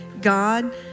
God